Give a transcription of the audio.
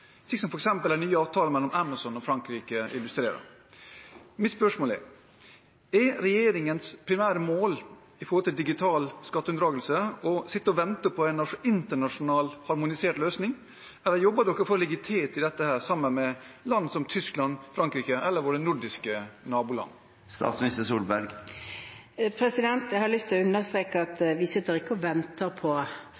slik som f.eks. den nye avtalen mellom Amazon og Frankrike illustrerer. Mitt spørsmål er: Er regjeringens primære mål når det gjelder digital skatteunndragelse å sitte og vente på en internasjonal harmonisert løsning, eller jobber regjeringen for å ligge i teten i dette sammen med land som Tyskland, Frankrike eller våre nordiske naboland? Jeg har lyst til å understreke at